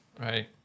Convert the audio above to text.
right